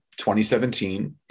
2017